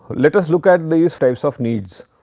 let us look at these types of needs.